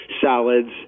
salads